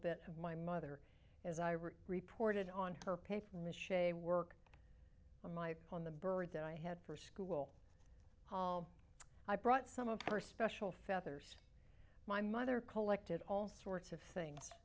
bit of my mother as i reported on her pay from a shady work for my pawn the bird that i had for school i brought some of her special feathers my mother collected all sorts of things